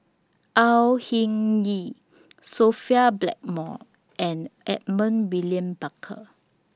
Au Hing Yee Sophia Blackmore and Edmund William Barker